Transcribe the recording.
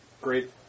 great